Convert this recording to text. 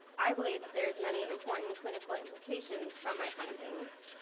i believe that there is many important clinical implications for my findings.